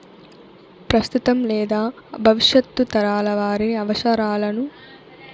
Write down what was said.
ప్రస్తుతం లేదా భవిష్యత్తు తరాల వారి అవసరాలను దృష్టిలో పెట్టుకొని ఆహారాన్ని పండించడమే సుస్థిర వ్యవసాయం